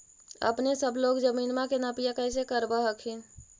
अपने सब लोग जमीनमा के नपीया कैसे करब हखिन?